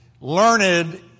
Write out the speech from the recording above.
learned